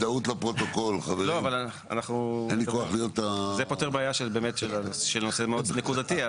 זה פותר בעיה של נושא מאוד נקודתי.